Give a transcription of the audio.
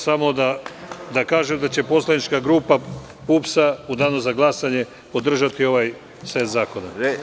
Samo da kažem da će poslanička grupa PUPS u Danu za glasanje podržati ovaj set zakona.